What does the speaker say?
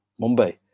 Mumbai